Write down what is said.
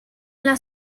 las